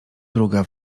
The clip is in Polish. druga